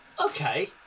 okay